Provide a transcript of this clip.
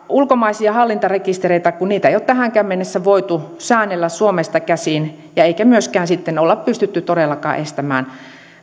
ulkomaisia hallintarekistereitä ei ole tähänkään mennessä voitu säännellä suomesta käsin eikä myöskään olla pystytty todellakaan estämään